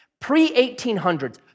pre-1800s